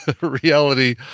reality